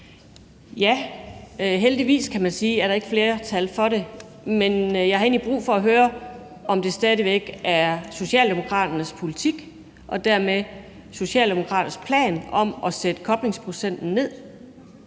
Ja, heldigvis, kan man sige, er der ikke flertal for det. Men jeg har egentlig brug for at høre, om det stadig væk er Socialdemokraternes politik og dermed Socialdemokraternes plan at sætte koblingsprocenten ned,